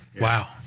Wow